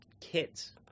kids